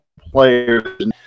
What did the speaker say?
players